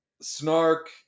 Snark